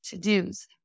to-dos